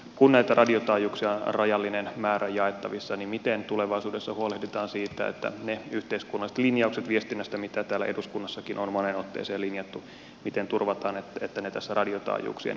kun näitä radiotaajuuksia on rajallinen määrä jaettavissa niin miten tulevaisuudessa turvataan että ne yhteiskunnalliset linjaukset viestinnästä mitä täällä eduskunnassakin on moneen otteeseen tehty tässä radiotaajuuksien jakamisessa toteutuvat